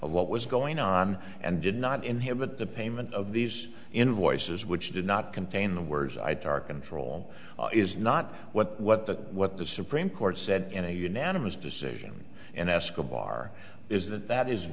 of what was going on and did not inhibit the payment of these invoices which did not contain the words i to our control is not what what the what the supreme court said in a unanimous decision and escobar is that that is